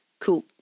Cool